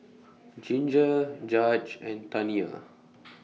Ginger Judge and Taniya